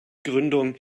gründung